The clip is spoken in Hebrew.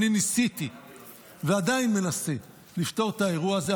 ואני ניסיתי ועדיין מנסה לפתור את האירוע הזה,